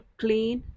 clean